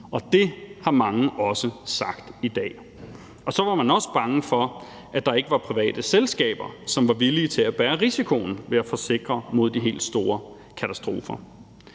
og det har mange også sagt i dag, og at man også var bange for, at der ikke var private selskaber, som var villige til at bære risikoen ved at forsikre det mod de helt store katastrofer,